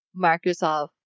Microsoft